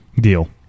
deal